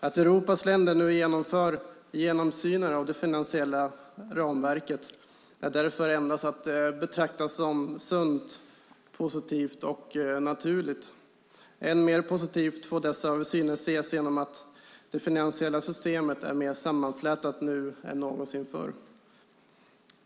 Att Europas länder nu genomför genomsyner av det finansiella ramverket är därför endast att betrakta som sunt, positivt och naturligt. Än mer positivt får dessa genomsyner betraktas genom att det finansiella systemet är mer sammanflätat nu än någonsin förr.